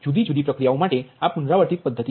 જુદી જુદી પ્રક્રિયાઓ માટે આ પુનરાવર્તિત પદ્ધતિ છે